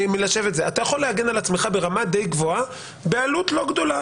אתה יכול להגן על עצמך ברמה די גבוהה בעלות לא גדולה,